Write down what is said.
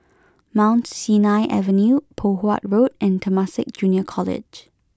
Mount Sinai Avenue Poh Huat Road and Temasek Junior College